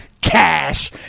Cash